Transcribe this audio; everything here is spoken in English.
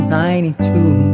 ninety-two